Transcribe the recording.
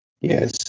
Yes